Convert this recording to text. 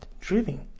driven